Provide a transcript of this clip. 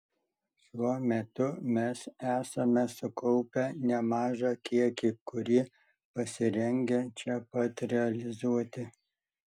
šiuo metu mes esame sukaupę nemažą kiekį kurį pasirengę čia pat realizuoti